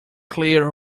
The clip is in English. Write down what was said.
clear